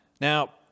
Now